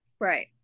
Right